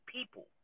people